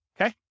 Okay